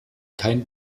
kein